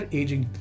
aging